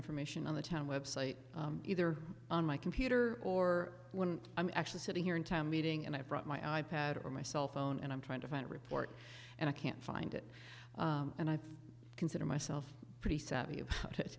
information on the town website either on my computer or when i'm actually sitting here in town meeting and i brought my i pad or my cell phone and i'm trying to find a report and i can't find it and i consider myself pretty savvy